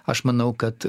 aš manau kad